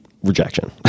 Rejection